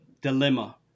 dilemma